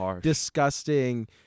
disgusting